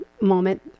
moment